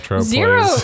zero